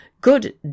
Good